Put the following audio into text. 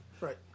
right